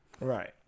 Right